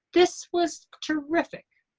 this was terrific.